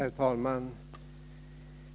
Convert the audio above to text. Herr talman!